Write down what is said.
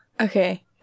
Okay